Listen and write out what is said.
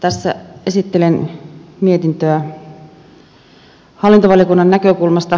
tässä esittelen mietintöä hallintovaliokunnan näkökulmasta